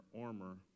armor